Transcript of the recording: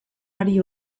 ari